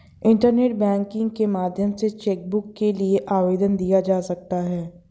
internet banking के माध्यम से चैकबुक के लिए आवेदन दिया जा सकता है